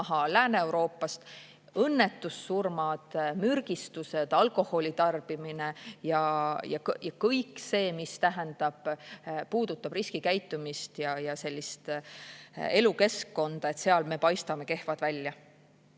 Lääne-Euroopast. Õnnetussurmad, mürgistused, alkoholi tarbimine ja kõik see, mis puudutab riskikäitumist ja elukeskkonda – seal me paistame kehvad välja.